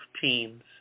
teams